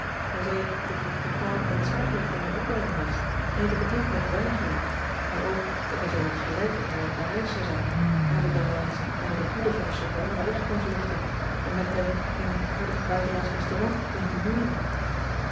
ij zei dat het bepaald noodzakelijk voor mijn opleiding was en dat ik het niet mocht weigeren en ook dat hij zoowat gelijk met mij in arijs zou zijn en dat ik dan wel eens onder de hoede van de chaperonne weg kon vluchten en met hem in een aardig buitenlandsch restaurant